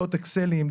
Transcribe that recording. טבלאות אקסלים,